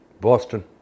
Boston